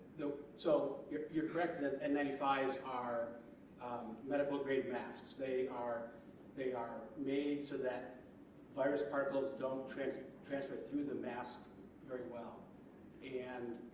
so you're you're correct and that n nine five s are medical grade masks they are they are made so that virus particles don't transfer transfer through the mask very well and